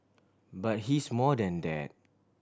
but he's more than that